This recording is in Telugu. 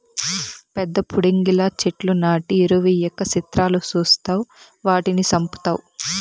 పెద్ద పుడింగిలా చెట్లు నాటి ఎరువెయ్యక సిత్రాలు సూస్తావ్ వాటిని సంపుతావ్